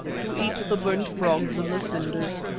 to eat the burnt frogs in the cinders.